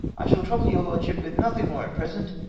i shall trouble your lord ship with nothing more at present,